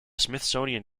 smithsonian